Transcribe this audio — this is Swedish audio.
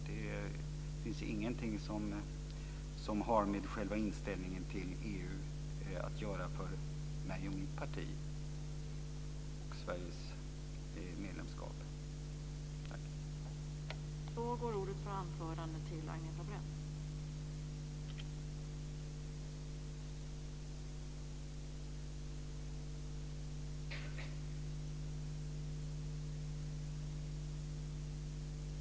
Det har ingenting med min och mitt partis inställning till EU och till Sveriges medlemskap att göra.